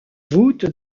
voûte